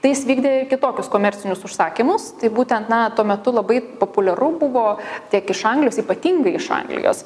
tai jis vykdė ir kitokius komercinius užsakymus tai būtent na tuo metu labai populiaru buvo tiek iš anglijos ypatingai iš anglijos